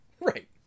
Right